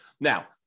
Now